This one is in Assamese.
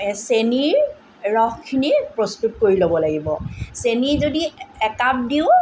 চেনিৰ ৰসখিনি প্ৰস্তুত কৰি ল'ব লাগিব চেনি যদি একাপ দিওঁ